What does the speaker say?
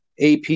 AP